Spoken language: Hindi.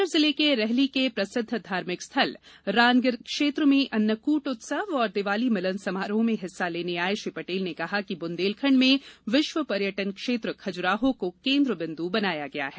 सागर जिले के रहली के प्रसिद्व धार्मिक स्थल रानगिर क्षेत्र में अन्नकूट उत्सव और दीवाली मिलन समारोह में हिस्सा लेने आये श्री पटेल ने कहा कि बुन्देलखण्ड में विश्व पर्यटन क्षेत्र खजुराहो को केंद्र बिंदु बनाया है